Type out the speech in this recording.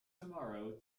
tomorrow